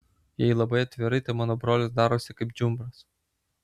jei labai atvirai tai mano brolis darosi kaip džiumbras